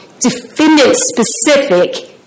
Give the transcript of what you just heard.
defendant-specific